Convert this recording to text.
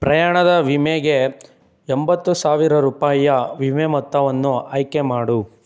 ಪ್ರಯಾಣದ ವಿಮೆಗೆ ಎಂಬತ್ತು ಸಾವಿರ ರೂಪಾಯಿಯ ವಿಮೆ ಮೊತ್ತವನ್ನು ಆಯ್ಕೆ ಮಾಡು